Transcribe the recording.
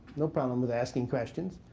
no problem with asking questions.